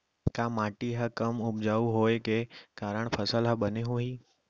का माटी हा कम उपजाऊ होये के कारण फसल हा बने होही?